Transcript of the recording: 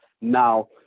now